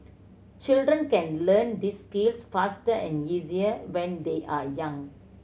children can learn these skills faster and easier when they are young